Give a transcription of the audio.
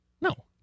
no